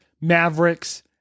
Mavericks